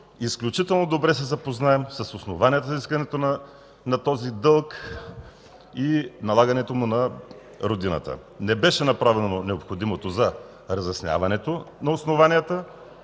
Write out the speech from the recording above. изключително добре се запознаем с основанията за искането на този дълг и налагането му на родината. Не беше направено необходимото за разясняването на основанията,